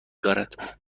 دارد